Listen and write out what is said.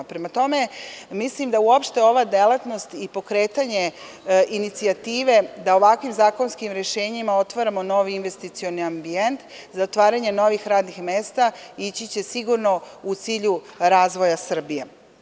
Prema tome, mislim da uopšte ova delatnost i pokretanje inicijative na ovakvim zakonskim rešenjima otvaramo novi investicioni ambijent, da otvaranje novih radnih mesta ići će sigurno u cilju razvoja Srbije.